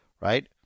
right